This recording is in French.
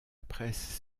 presse